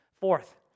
Fourth